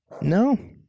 No